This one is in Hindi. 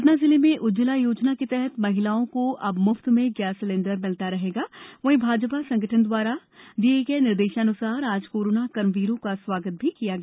सतना जिले में उज्जवला योजना के तहत महिलाओं को अब मुफ्त में गैस सिलेंडर मिलना रहे हैं वर्हीभाजपा संगठन द्वारा दिये निर्देशानुसार आज कोरोना कर्मवीरों का सम्मान भी किया गया